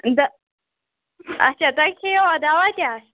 the اچھا تۅہہِ کھیٚیووا دَوا تہِ اَتھ